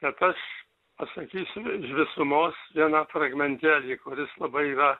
bet aš pasakysiu iž visumos vieną fragmentėlį kuris labai yra